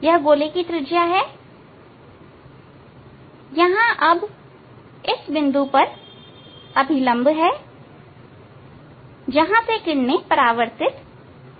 यह गोले की त्रिज्या है यहां अब इस बिंदु पर अभिलंब है जहां से कि किरणें परावर्तित होती है